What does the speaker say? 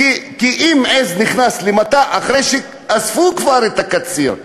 כי אם עז נכנסת למטע אחר שאספו בו כבר את הקציר,